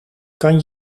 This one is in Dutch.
kan